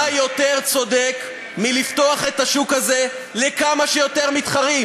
מה יותר צודק מלפתוח את השוק הזה לכמה שיותר מתחרים?